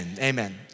amen